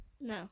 No